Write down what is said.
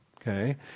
Okay